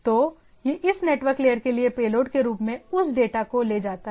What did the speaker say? तो यह इस नेटवर्क लेयर के लिए पेलोड के रूप में उस डेटा को ले जाता है